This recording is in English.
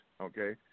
okay